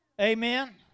Amen